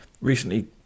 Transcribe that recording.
Recently